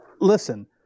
listen